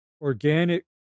organic